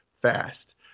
Fast